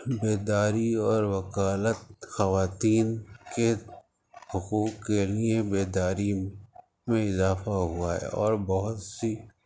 بیداری اور وکالت خواتین کے حقوق کے لیے بیداری میں اضافہ ہوا ہے اور بہت سی